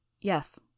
Yes